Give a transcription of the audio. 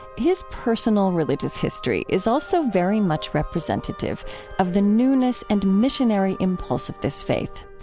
his personal religious history is also very much representative of the newness and missionary impulse of this faith.